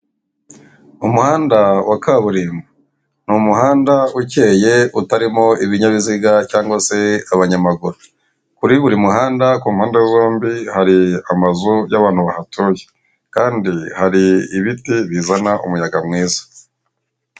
Umuhanda wa kaburimbo ni umuhanda ukeye utarimo ibinyabiziga cyangwa se abanyamaguru kuri buri muhanda kumpande zombi hari amazu y'abantu bahatuye kandi hari ibiti bizana umuyaga mwiza .